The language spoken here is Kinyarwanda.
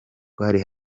rwari